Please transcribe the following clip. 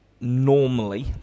normally